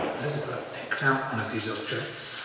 elizabeth picked out one of these objects.